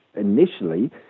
initially